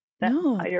No